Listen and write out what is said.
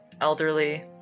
elderly